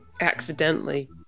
Accidentally